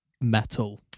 metal